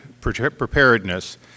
preparedness